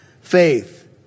faith